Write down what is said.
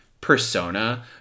Persona